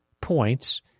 points